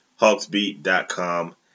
HawksBeat.com